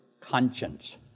Conscience